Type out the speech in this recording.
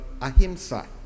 ahimsa